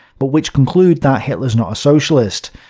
but which conclude that hitler's not a socialist.